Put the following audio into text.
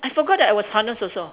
I forgot that I was harnessed also